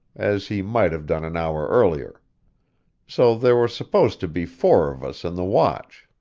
as he might have done an hour earlier so there were supposed to be four of us in the watch.